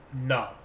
No